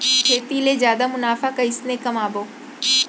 खेती ले जादा मुनाफा कइसने कमाबो?